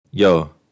Yo